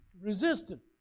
resistant